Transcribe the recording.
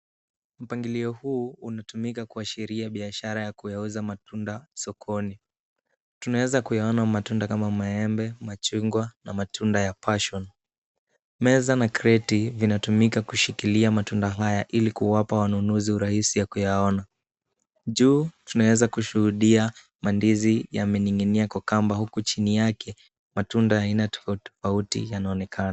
Mpangilio huu unatumika kuashiria biashara ya kuyauza matunda sokoni. Tunaweza kuyaona matunda kama vile maembe, machngwa na matunda ya passion . Meza na kreti vinatumika kushikilia matunda haya, ili kuwapa wanunuzi urahisi ya kuyaona. Juu tunaweza kushuhudia mandizi yamening'inia kwa kamba huku chini yake, matunda aina tofauti tofauti yanaonekana.